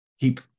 keep